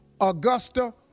Augusta